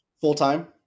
full-time